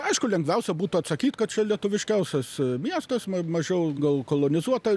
aišku lengviausia būtų atsakyt kad čia lietuviškiausias miestas ma mažiau gal kolonizuota